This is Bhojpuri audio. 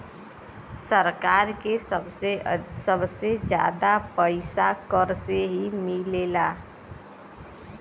सरकार के सबसे जादा पइसा कर से ही मिलला